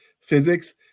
physics